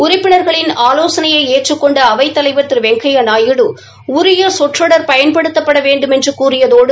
உறுப்பினர்களின் ஆவோசனையை ஏற்றுக் கொண்ட அவைத் தலைவர் திரு வெங்கையா நாயுடு உரிய சொற்றொடர் பயன்படுத்தப்பட வேண்டுமென்று கூறியதோடு